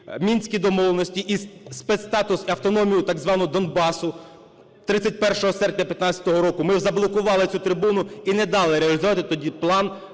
Мінські домовленості і спецстатус, "автономію" так звану, Донбасу 31 серпня 15-го року. Ми заблокували цю трибуну і не дали реалізувати тоді план